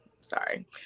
sorry